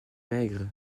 maigre